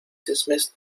dismissed